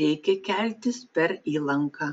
reikia keltis per įlanką